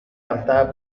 cantada